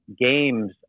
Games